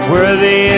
Worthy